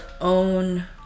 own